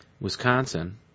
Wisconsin